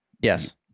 yes